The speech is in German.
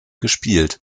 gespielt